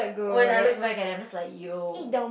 when I look back I'm just like yo